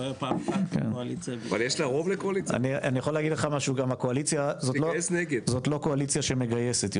זו לא קואליציה שמגייסת.